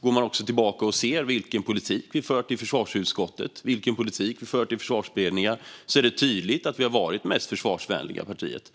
Om man går tillbaka och ser på vilken politik vi har fört i försvarsutskottet och vilken politik vi har fört i försvarsberedningar är det tydligt att vi har varit det mest försvarsvänliga partiet.